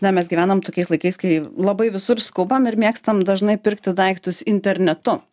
na mes gyvenam tokiais laikais kai labai visur skubam ir mėgstam dažnai pirkti daiktus internetu